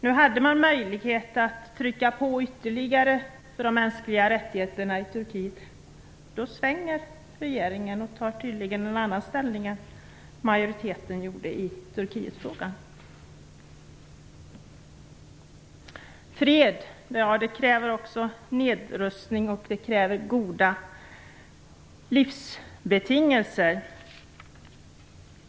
Nu hade man möjlighet att trycka på ytterligare när det gäller de mänskliga rättigheterna i Turkiet. Men då svänger regeringen och tar tydligen en annan ställning än majoriteten i frågan. Fred kräver också nedrustning och goda livsbetingelser.